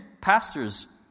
Pastors